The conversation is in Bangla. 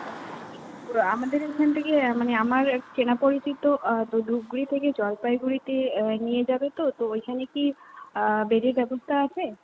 ওহ আমাদের এখান থেকে মানে আমার এক চেনা পরিচিত তো ধূপগুড়ি থেকে জলপাইগুড়িতে নিয়ে যাবে তো তো ওইখানে কি বেডের ব্যবস্থা আছে